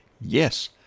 yes